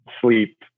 sleep